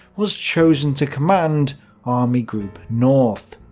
was chosen to command army group north.